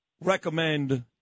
recommend